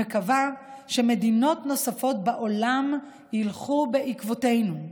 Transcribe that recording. אני מקווה שמדינות נוספות בעולם ילכו בעקבותינו.